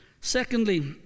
Secondly